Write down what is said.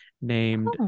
named